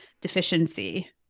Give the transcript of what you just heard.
deficiency